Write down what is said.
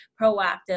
proactive